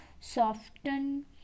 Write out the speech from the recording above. soften